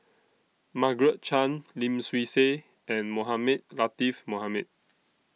Margaret Chan Lim Swee Say and Mohamed Latiff Mohamed